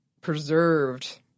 preserved